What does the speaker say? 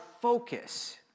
focus